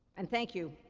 and thank you